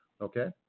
okay